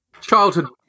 childhood